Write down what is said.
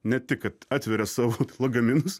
ne tik kad atveria savo lagaminus